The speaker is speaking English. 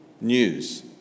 news